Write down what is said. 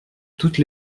toutes